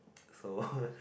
so